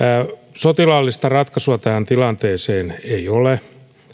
sotilaallista ratkaisua tähän tilanteeseen ei ole